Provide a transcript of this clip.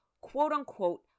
quote-unquote